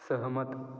सहमत